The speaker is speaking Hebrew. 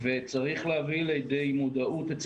כן, זה בדרך.